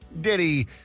Diddy